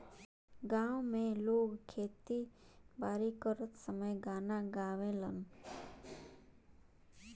गांव में लोग खेती बारी करत समय गाना गावेलन